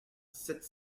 sept